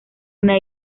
una